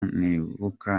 nibuka